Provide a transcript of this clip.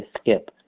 skip